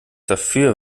dafür